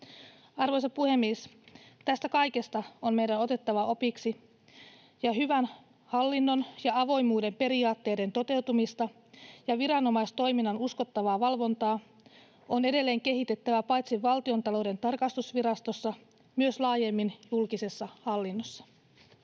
Arvoisa puhemies! Tästä kaikesta on meidän otettava opiksi, ja hyvän hallinnon ja avoimuuden periaatteiden toteutumista ja viranomaistoiminnan uskottavaa valvontaa on edelleen kehitettävä paitsi Valtiontalouden tarkastusvirastossa myös laajemmin julkisessa hallinnossa.